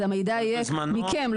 אז המידע יהיה מכם,